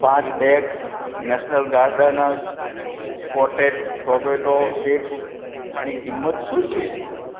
પાંચ bags national gardens potted tomato સીડ્સની કિંમત શું છે